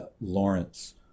Lawrence